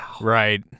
right